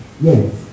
Yes